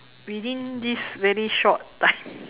within this very short time